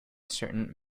certain